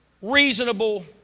reasonable